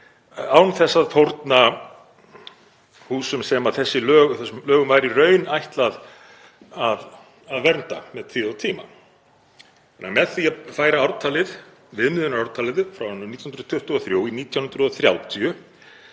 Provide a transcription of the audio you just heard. án þess að fórna húsum sem þessum lögum var í raun ætlað að vernda með tíð og tíma. Með því að færa viðmiðunarártalið frá árinu 1923 í 1930